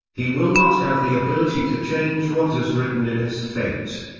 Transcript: he will not have the ability to change what is written in his fate.